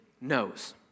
knows